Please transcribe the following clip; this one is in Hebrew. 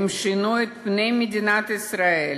הם שינו את פני מדינת ישראל.